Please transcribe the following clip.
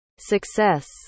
success